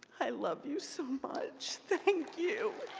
i love you so much. thank you.